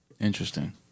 Interesting